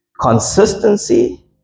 Consistency